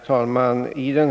Herr talman!